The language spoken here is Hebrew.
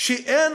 שאין